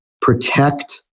protect